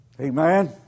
Amen